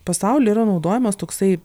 pasauly yra naudojamas toksai